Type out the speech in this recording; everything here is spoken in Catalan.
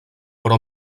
però